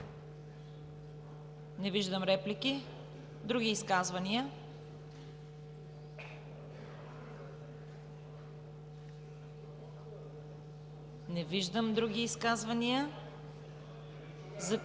Не виждам реплики. Други изказвания? Не виждам други изказвания.